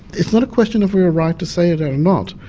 it's not a question of we're right to say it or not.